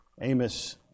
Amos